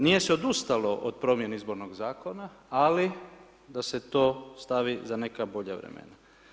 Nije se odustalo od promjene izbornog zakona ali da se to stavi za neka bolja vremena.